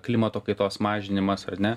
klimato kaitos mažinimas ar ne